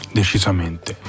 decisamente